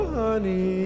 honey